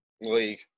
league